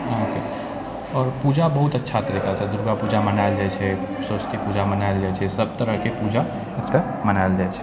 अहाँके आओर पूजा बहुत अच्छा तरिकासँ दुर्गा पूजा मनायल जाइ छै सरस्वती पूजा मनायल जाइ छै सभ तरहके पूजा जे छै मनायल जाइ छै